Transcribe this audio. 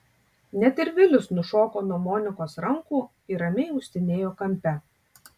net ir vilis nušoko nuo monikos rankų ir ramiai uostinėjo kampe